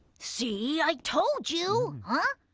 see. i told you huh?